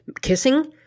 kissing